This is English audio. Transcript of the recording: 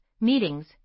meetings